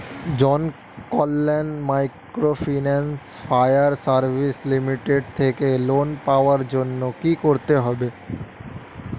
Janakalyan microfinance fire service limited থেকে loan পাওয়ার জন্য কি করতে হবে?